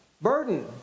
burden